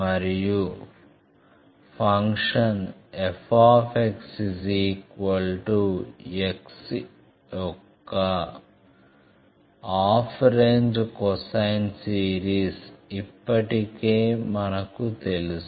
మరియు function fx x యొక్క half range cosine series ఇప్పటికే మనకు తెలుసు